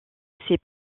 ses